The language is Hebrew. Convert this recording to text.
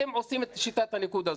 אתם עושים את שיטת הניקוד הזאת,